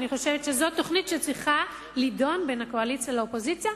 אני חושבת שזאת תוכנית שצריכה לידון בין הקואליציה לאופוזיציה,